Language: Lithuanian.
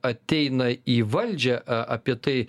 ateina į valdžią a apie tai